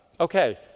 Okay